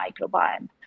microbiome